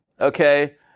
okay